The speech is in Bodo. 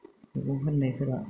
मैगं फाननायफोरा